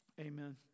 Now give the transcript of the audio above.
Amen